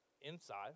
inside